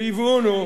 ויביאונו,